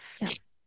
Yes